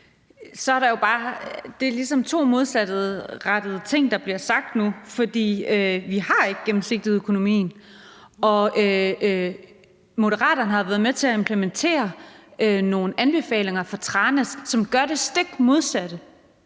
er bare ligesom to modsatrettede ting, der bliver sagt nu, for vi har ikke gennemsigtighed i økonomien. Moderaterne har været med til at implementere nogle anbefalinger fra Tranæsudvalget, som gør det stik modsatte,